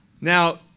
Now